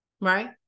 Right